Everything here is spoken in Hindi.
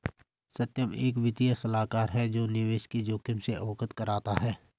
सत्यम एक वित्तीय सलाहकार है जो निवेश के जोखिम से अवगत कराता है